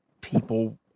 people